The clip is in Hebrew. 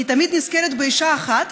אני תמיד נזכרת באישה אחת